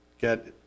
get